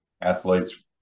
athletes